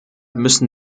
müssen